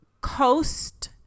Coast